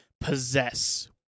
possess